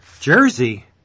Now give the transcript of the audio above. Jersey